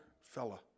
fella